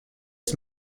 its